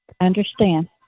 understand